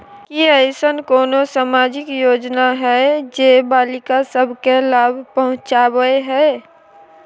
की ऐसन कोनो सामाजिक योजना हय जे बालिका सब के लाभ पहुँचाबय हय?